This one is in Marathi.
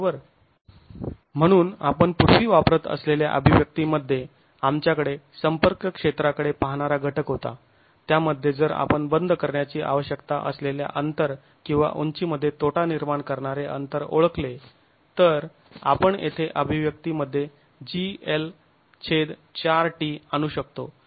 म्हणून आपण पूर्वी वापरत असलेल्या अभिव्यक्तिमध्ये आमच्याकडे संपर्क क्षेत्राकडे पाहणारा घटक होता त्यामध्ये जर आपण बंद करण्याची आवश्यकता असलेल्या अंतर किंवा उंचीमध्ये तोटा निर्माण करणारे अंतर ओळखले तर आपण येथे अभिव्यक्तीमध्ये gL4t आणू शकतो